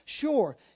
Sure